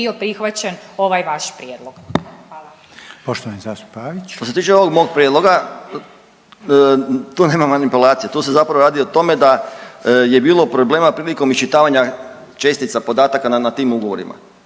Pavić. **Pavić, Željko (Nezavisni)** Što se tiče ovog mog prijedloga tu nema manipulacije, tu se zapravo radi o tome da je bilo problema prilikom iščitavanja čestica, podataka na, na tim ugovorima.